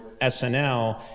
SNL